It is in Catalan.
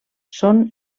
són